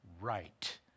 right